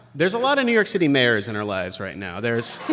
there's a lot of new york city mayors in our lives right now. there's.